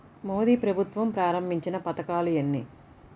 మోదీ ప్రభుత్వం ప్రారంభించిన పథకాలు ఎన్ని?